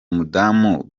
mudamu